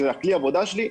שזה כלי העבודה שלי,